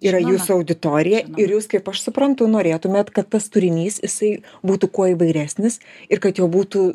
yra jūsų auditorija ir jūs kaip aš suprantu norėtumėt kad tas turinys jisai būtų kuo įvairesnis ir kad jo būtų